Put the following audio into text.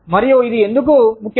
మరియు ఇది ఎందుకు ముఖ్యం